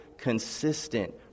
consistent